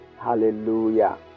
hallelujah